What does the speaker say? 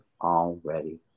already